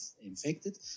infected